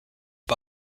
his